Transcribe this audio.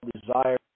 desire